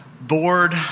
bored